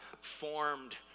formed